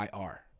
IR